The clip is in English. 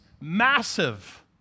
massive